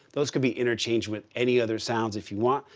those could be interchanged with any other sounds if you want,